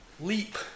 leap